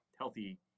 healthy